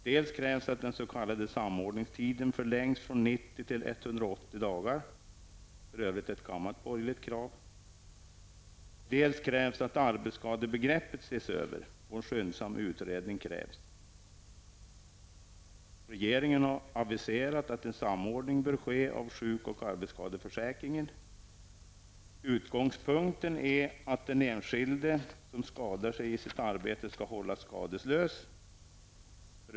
Där krävs dels att den s.k. samordningstiden förlängs från 90 till 180 dagar -- för övrigt ett gammalt borgerligt krav --, dels att arbetsskadebegreppet ses över. En skyndsam utredning krävs. Regeringen har aviserat att en samordning av sjuk och arbetsskadeförsäkringen bör ske. Utgångspunkten är att den enskilde som skadar sig i sitt arbete skall hållas skadeslös.